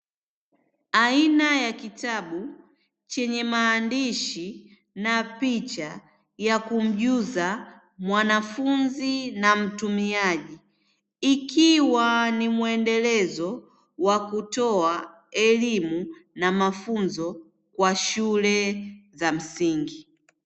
Aina ya kitabu chenye maandishi na picha ya kumjuza mwanafunzi na mtumiaji, ikiwa ni mwendelezo wa kutoa elimu na mafunzo kwa shule za msingi.